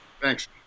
Thanks